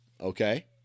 Okay